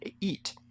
eat